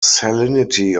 salinity